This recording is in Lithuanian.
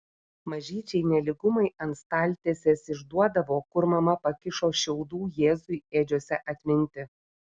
mažyčiai nelygumai ant staltiesės išduodavo kur mama pakišo šiaudų jėzui ėdžiose atminti